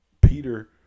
Peter